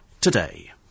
today